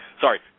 Sorry